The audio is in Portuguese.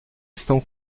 estão